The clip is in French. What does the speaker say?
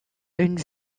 une